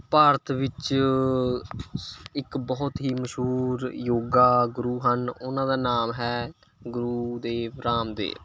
ਭਾਰਤ ਵਿੱਚ ਇੱਕ ਬਹੁਤ ਹੀ ਮਸ਼ਹੂਰ ਯੋਗਾ ਗੁਰੂ ਹਨ ਉਹਨਾਂ ਦਾ ਨਾਮ ਹੈ ਗੁਰੂ ਦੇਵ ਰਾਮਦੇਵ